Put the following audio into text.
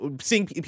seeing